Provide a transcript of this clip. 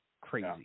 crazy